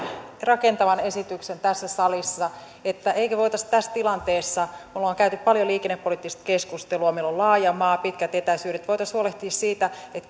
rakentavan esityksen tässä salissa siitä emmekö voisi tässä tilanteessa me olemme käyneet paljon liikennepoliittista keskustelua meillä on laaja maa pitkät etäisyydet huolehtia siitä että